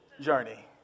journey